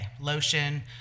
Lotion